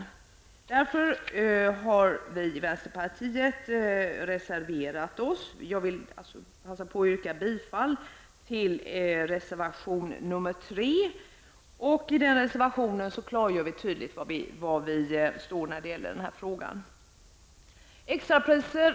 På den punkten har jag reserverat mig i utskottet, och jag vill passa på att yrka bifall till reservation 3. I den reservationen klargörs tydligt var vi står i frågan om extrapriser.